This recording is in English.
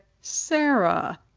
Sarah